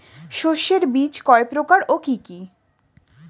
শস্যের বীজ কয় প্রকার ও কি কি?